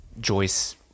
joyce